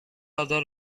other